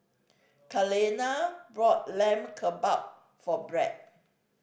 Kaleena bought Lamb Kebab for Bret